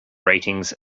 ratings